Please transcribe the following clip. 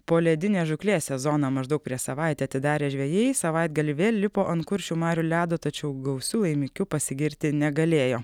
poledinės žūklės sezoną maždaug prieš savaitę atidarę žvejai savaitgalį vėl lipo ant kuršių marių ledo tačiau gausiu laimikiu pasigirti negalėjo